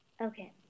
Okay